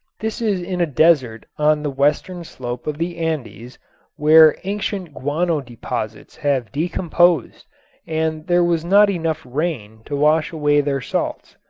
this is in a desert on the western slope of the andes where ancient guano deposits have decomposed and there was not enough rain to wash away their salts.